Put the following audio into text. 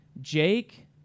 Jake